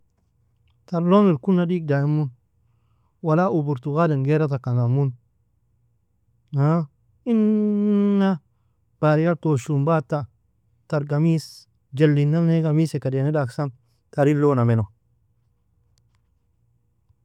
Tar لون irkuna digdaimu wala ue برتقال linghira taka namu inna bariyal tawshunbata tar قميص jelin nane قميص eka dena dagsan tarin لون ameno.